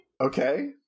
Okay